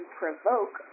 provoke